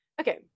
Okay